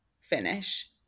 finish